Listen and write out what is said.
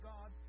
God